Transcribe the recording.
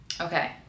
okay